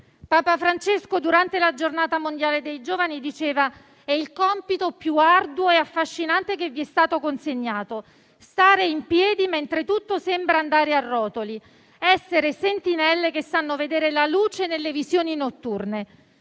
Papa Francesco, durante la Giornata mondiale della gioventù, diceva che il compito più arduo e affascinante che è stato consegnato loro è stare in piedi mentre tutto sembra andare a rotoli, essere sentinelle che sanno vedere la luce nelle visioni notturne.